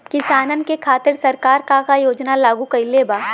किसानन के खातिर सरकार का का योजना लागू कईले बा?